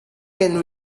can